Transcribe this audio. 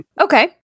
Okay